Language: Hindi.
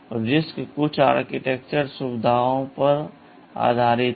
RISC कुछ आर्किटेक्चर सुविधाओं पर आधारित है